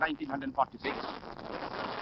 1946